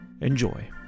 Enjoy